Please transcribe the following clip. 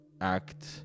act